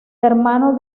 hermano